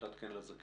מעמותת "כן לזקן".